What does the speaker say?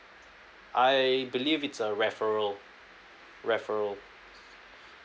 I believe it's a referral referral